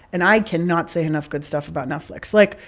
and i cannot say enough good stuff about netflix. like.